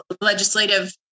legislative